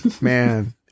Man